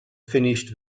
finished